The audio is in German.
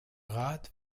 rat